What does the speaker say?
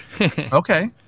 Okay